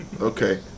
Okay